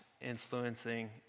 influencing